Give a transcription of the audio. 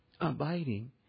abiding